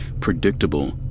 predictable